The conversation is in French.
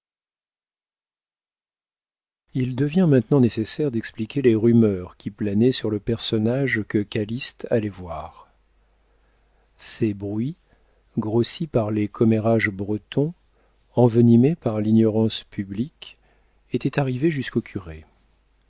il devient maintenant nécessaire d'expliquer les rumeurs qui planaient sur le personnage que calyste allait voir ces bruits grossis par les commérages bretons envenimés par l'ignorance publique étaient arrivés jusqu'au curé